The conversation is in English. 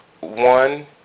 one